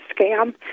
scam